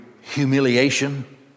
humiliation